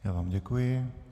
Já vám děkuji.